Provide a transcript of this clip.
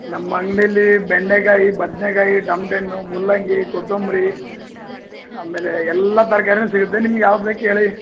ನಮ್ಮ ಅಂಗಡಿಲಿ ಬೆಂಡೆಕಾಯಿ ಬದನೆಕಾಯಿ ಟಮ್ಟೆ ಹಣ್ಣು ಮೂಲಂಗಿ ಕೊತ್ತಂಬರಿ ಆಮೇಲೆ ಎಲ್ಲ ತರಕಾರಿನು ಸಿಗುತ್ತೆ ನಿಮ್ಗೆ ಯಾವ್ದು ಬೇಕು ಹೇಳಿ